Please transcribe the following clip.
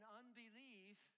unbelief